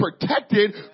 protected